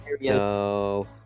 no